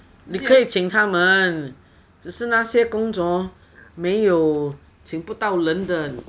你可以请他们只是那些工作请不到人的